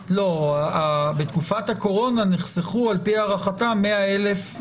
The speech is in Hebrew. בתקופת הקורונה נחסכו לפי הערכתם 100,000